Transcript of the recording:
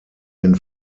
den